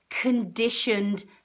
conditioned